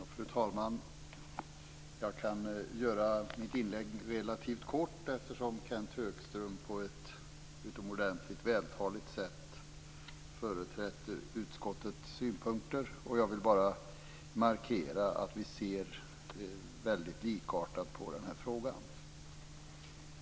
Fru talman! Jag kan göra mitt inlägg relativt kort, eftersom Kenth Högström på ett utomordentligt vältaligt sätt har företrätt utskottets synpunkter. Jag vill bara markera att vi ser väldigt likartat på den här frågan.